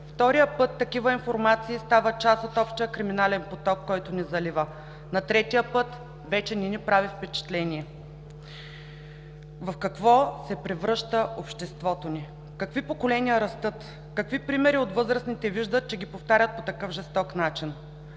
втория път – такива информации стават част от общия криминален поток, който ни залива, на третия път – вече не ни прави впечатление. В какво се превръща обществото ни, какви поколения растат, какви примери от възрастните виждат, че ги повтарят по такъв жесток начин?